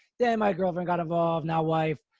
then my girlfriend got involved now wife,